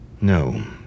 No